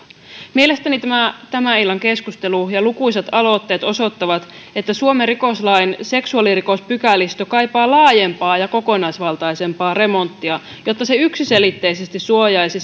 mielestäni tämä tämän illan keskustelu ja lukuisat aloitteet osoittavat että suomen rikoslain seksuaalirikospykälistö kaipaa laajempaa ja kokonaisvaltaisempaa remonttia jotta se yksiselitteisesti suojaisi